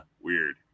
Weird